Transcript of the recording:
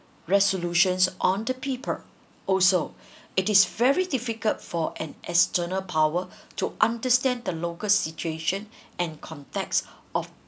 resolutions on the people also it is very difficult for an external power to understand the local situation and context of